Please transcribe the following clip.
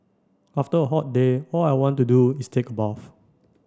after a hot day all I want to do is take a bath